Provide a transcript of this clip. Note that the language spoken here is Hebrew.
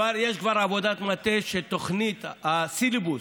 יש כבר עבודת מטה שלפיה תוכנית הסילבוס,